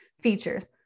features